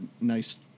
nice